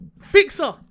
Fixer